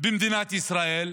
במדינת ישראל,